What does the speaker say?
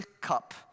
cup